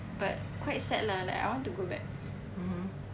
but quite sad lah like I want to go back